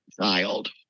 child